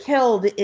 Killed